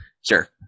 Sure